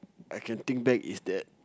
I can think back is that